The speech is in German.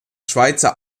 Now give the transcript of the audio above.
schweizer